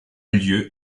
lieu